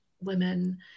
women